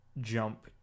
jump